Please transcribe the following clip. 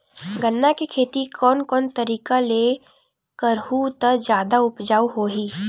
गन्ना के खेती कोन कोन तरीका ले करहु त जादा उपजाऊ होही?